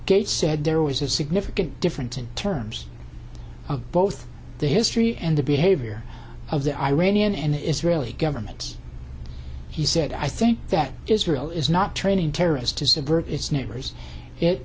gates said there was a significant difference in terms of both the history and the behavior of the iranian and the israeli governments he said i think that israel is not training terrorists to subvert its neighbors it